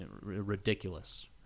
ridiculous